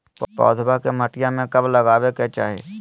पौधवा के मटिया में कब लगाबे के चाही?